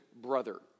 Brother